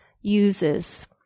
uses